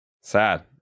Sad